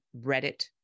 Reddit